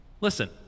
Listen